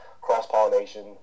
cross-pollination